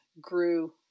grew